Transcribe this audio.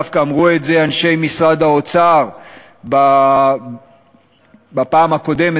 דווקא אמרו את זה אנשי משרד האוצר בפעם הקודמת,